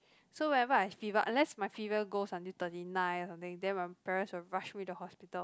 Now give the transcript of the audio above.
so whenever I have fever unless my fever goes until thirty nine or something then my parents will rush me to hos~